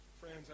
Friends